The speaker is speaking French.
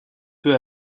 peu